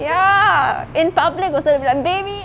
ya in public also they'll be like baby